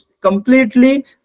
completely